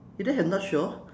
you don't have north shore